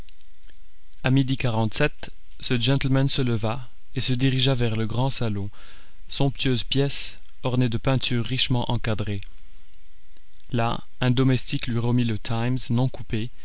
a midi quarante-sept ce gentleman se leva et se dirigea vers le grand salon somptueuse pièce ornée de peintures richement encadrées là un domestique lui remit le times non coupé